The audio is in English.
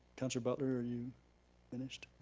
councilor butler are you finished?